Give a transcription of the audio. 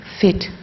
fit